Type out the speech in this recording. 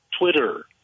Twitter